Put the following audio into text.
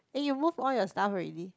eh you move all your stuff already